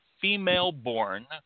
female-born